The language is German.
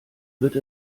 wird